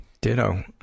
Ditto